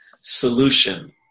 solution